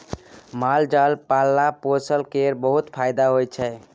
माल जाल पालला पोसला केर बहुत फाएदा होइ छै